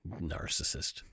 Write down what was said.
Narcissist